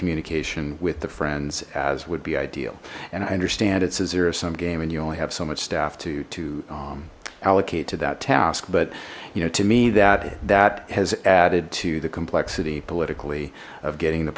communication with the friends as would be ideal and i understand it's a zero sum game and you only have so much staff to to allocate to that task but you know to me that that has added to the complexity politically of getting the